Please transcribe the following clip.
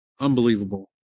unbelievable